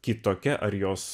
kitokia ar jos